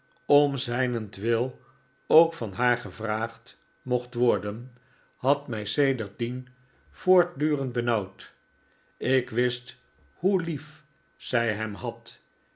om zijnentwil ook van haar gevraagd mocht worden had mij sedertdien voortdurend benauwd ik wist hoe lief zij hem had